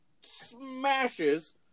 smashes